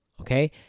okay